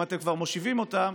אם אתם כבר מושיבים אותם,